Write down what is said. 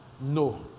no